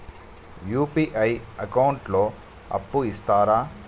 UPI account లో అప్పు ఇస్తరా?